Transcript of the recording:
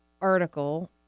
article